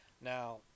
Now